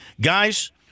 Guys